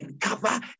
cover